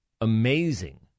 amazing